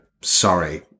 Sorry